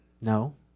no